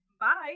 bye